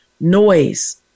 Noise